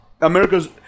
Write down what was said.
America's